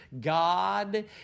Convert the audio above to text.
God